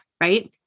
Right